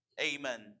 Amen